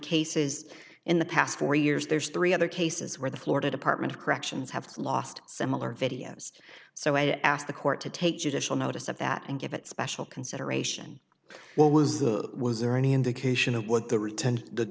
cases in the past four years there's three other cases where the florida department of corrections have lost similar videos so i'd ask the court to take judicial notice of that and give it special consideration what was the was there any indication of what the